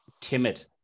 timid